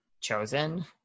chosen